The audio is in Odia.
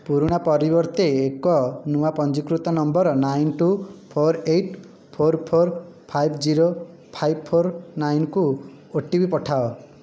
ପୁରୁଣା ପରିବର୍ତ୍ତେ ଏକ ନୂଆ ପଞ୍ଜୀକୃତ number nine two four eight four four five zero five four nine କୁ ଓଟିପି ପଠାଅ